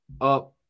up